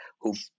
who've